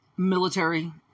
Military